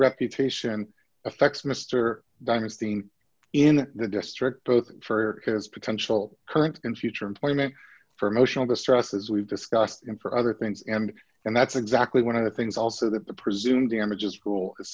reputation affects mr dynasty in the district both for his potential current and future employment for emotional distress as we've discussed in for other things and and that's exactly one of the things also that the presumed damages